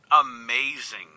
amazing